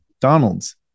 Donalds